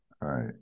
Right